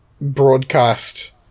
broadcast